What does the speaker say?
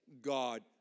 God